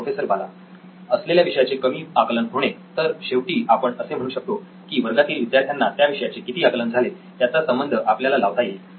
professor बाला असलेल्या विषयाचे कमी आकलन होणे तर शेवटी आपण असे म्हणू शकतो की वर्गातील विद्यार्थ्यांना त्या विषयाचे किती आकलन झाले याचा संबंध आपल्याला लावता येईल